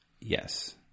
Yes